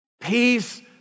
Peace